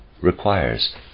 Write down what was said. requires